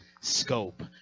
scope